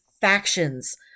factions